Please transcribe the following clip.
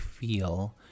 feel